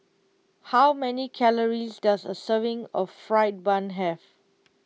how many calories does a serving of Fried Bun have